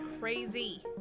Crazy